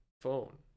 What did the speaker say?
phone